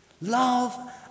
Love